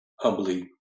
humbly